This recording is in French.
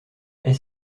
est